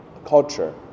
culture